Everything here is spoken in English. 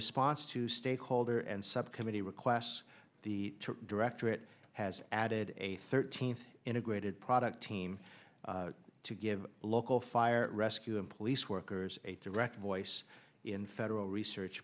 response to stakeholder and subcommittee requests the directorate has added a thirteen integrated product team to give local fire rescue and police workers a direct voice in federal research